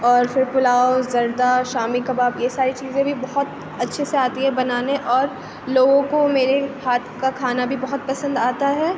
اور پھر پلاؤ زردہ شامی کباب یہ ساری چیزیں بھی بہت اچھے سے آتی ہے بنانے اور لوگوں کو میرے ہاتھ کا کھانا بھی بہت پسند آتا ہے